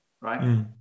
right